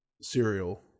cereal